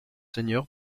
seigneur